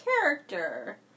character